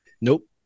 Nope